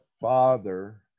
father